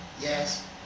Yes